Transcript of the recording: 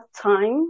time